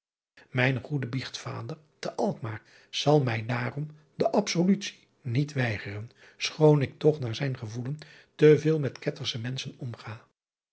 ijne goede iechtvader te lkmaar zal mij daarom de absolutie niet weigeren schoon ik toch naar zijn gevoelen te veel met ettersche menschen omga